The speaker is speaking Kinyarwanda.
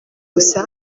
gusa